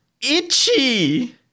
Itchy